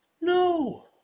No